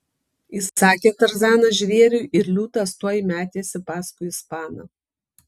įsakė tarzanas žvėriui ir liūtas tuoj metėsi paskui ispaną